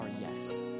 Yes